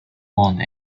want